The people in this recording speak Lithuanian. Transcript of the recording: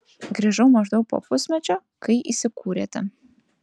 grįžau maždaug po pusmečio kai įsikūrėte